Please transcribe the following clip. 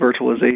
virtualization